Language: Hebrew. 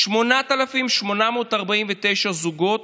8,849 זוגות